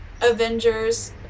Avengers